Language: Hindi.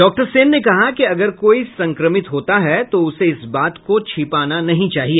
डॉक्टर सेन ने कहा कि अगर कोई संक्रमित होता है तो उसे इस बात को छिपाना नहीं चाहिए